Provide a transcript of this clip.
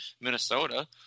Minnesota